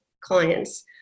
clients